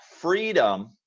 freedom